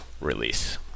release